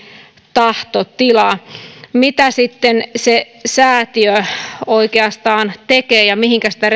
tahtotila mitä sitten se säätiö oikeastaan tekee ja mihinkä sitä